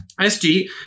SG